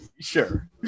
sure